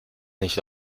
nicht